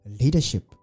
leadership